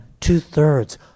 two-thirds